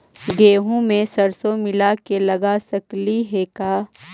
गेहूं मे सरसों मिला के लगा सकली हे का?